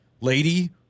lady